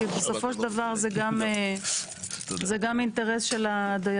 כי בסופו של דבר זה גם אינטרס של הדיירים,